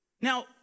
Now